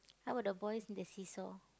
how about the boys in the seesaw